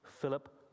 Philip